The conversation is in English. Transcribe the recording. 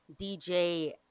DJ